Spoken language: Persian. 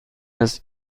است